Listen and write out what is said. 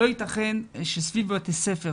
לא ייתכן שסביב בתי ספר,